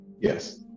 Yes